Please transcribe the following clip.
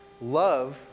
love